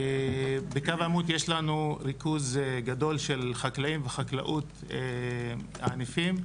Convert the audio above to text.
בקו העימות יש לנו ריכוז גדול של חקלאים וחקלאות ענפים,